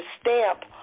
stamp